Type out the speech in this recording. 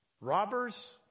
robbers